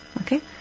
Okay